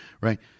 Right